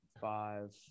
five